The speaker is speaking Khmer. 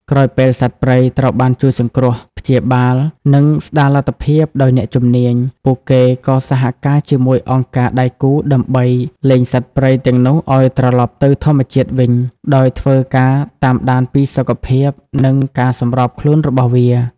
ក្រោយពេលសត្វព្រៃត្រូវបានជួយសង្គ្រោះ ព្យាបាល និងស្តារលទ្ធភាពដោយអ្នកជំនាញ ពួកគេក៏សហការជាមួយអង្គការដៃគូដើម្បី លែងសត្វព្រៃទាំងនោះឲ្យត្រឡប់ទៅធម្មជាតិវិញ ដោយធ្វើការតាមដានពីសុខភាព និងការសម្របខ្លួនរបស់វា។